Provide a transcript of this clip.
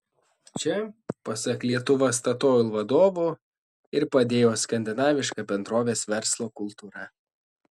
čia pasak lietuva statoil vadovo ir padėjo skandinaviška bendrovės verslo kultūra